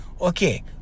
Okay